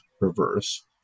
reverse